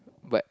but